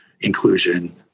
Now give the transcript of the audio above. inclusion